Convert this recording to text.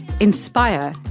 inspire